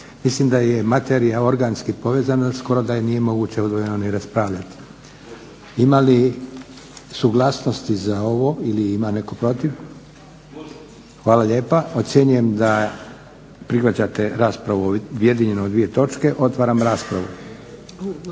Mislim da je materija organski povezan, skoro da i nije moguće odvojeno ni raspravljati. Ima li suglasnosti za ovo ili ima netko protiv? Hvala lijepa. Ocjenjujem da prihvaćate raspravu objedinjeno o dvije točke. Otvaram raspravu.